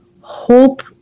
hope